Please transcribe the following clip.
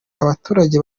abaturage